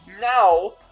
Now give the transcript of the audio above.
now